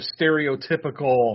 stereotypical